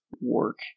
work